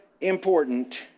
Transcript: important